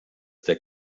der